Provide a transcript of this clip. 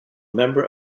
member